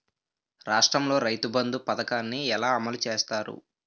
రాష్ట్రంలో రైతుబంధు పథకాన్ని ఎలా అమలు చేస్తారు?